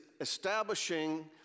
establishing